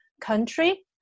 country